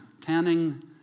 tanning